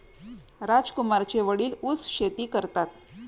राजकुमारचे वडील ऊस शेती करतात